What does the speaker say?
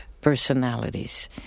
personalities